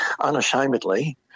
unashamedly